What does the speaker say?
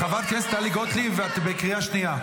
חברת הכנסת טלי גוטליב, את בקריאה שנייה.